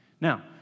Now